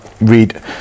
read